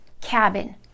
cabin